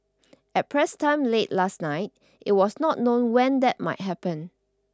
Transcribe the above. at press time late last night it was not known when that might happen